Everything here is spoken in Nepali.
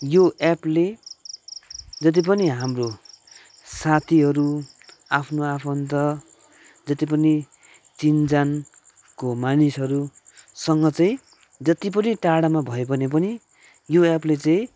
यो एपले जतिपनि हाम्रो साथीहरू आफ्नो आफन्त जति पनि चिन जानको मानिसहरूसँग चाहिँ जति पनि टाडामा भयो भने पनि यो एपले चाहिँ